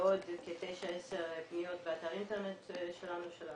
ועוד כ-9-10 פניות באתר האינטרנט שלנו.